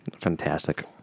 Fantastic